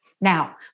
Now